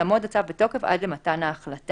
יעמוד הצו בתוקף עד למתן ההחלטה.